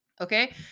Okay